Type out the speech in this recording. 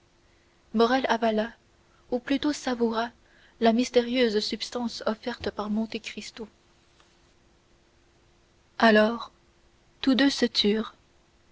morrel avala ou plutôt savoura la mystérieuse substance offerte par monte cristo alors tous deux se turent